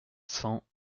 cent